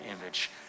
image